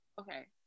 Okay